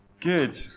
Good